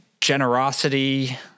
generosity